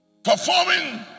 Performing